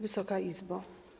Wysoka Izbo!